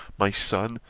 my son,